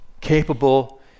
capable